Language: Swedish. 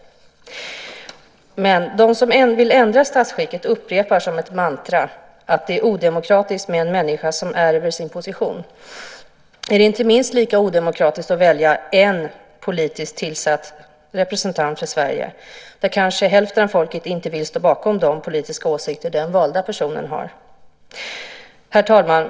Men de som vill ändra statsskicket upprepar som ett mantra att det är odemokratiskt med en människa som ärver sin position. Är det inte minst lika odemokratiskt att välja en politiskt tillsatt representant för Sverige, när kanske hälften av folket inte vill stå bakom de politiska åsikter den valda personen har? Herr talman!